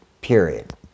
period